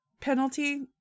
penalty